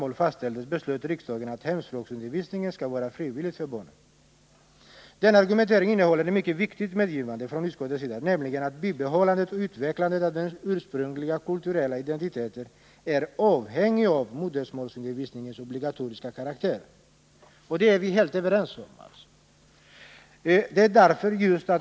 Nr 56 fastställdes beslöt riksdagen att hemspråksundervisningen skall vara frivillig 18 december 1979 Den argumenteringen innehåller ett mycket viktigt medgivande från utskottet, nämligen att bibehållandet och utvecklandet av den ursprungliga kulturella identiteten är avhängigt av modersmålsundervisningens obligatoriska karaktär. Det är vi helt överens om.